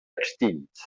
extints